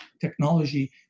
technology